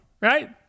right